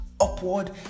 Upward